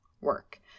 work